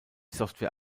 software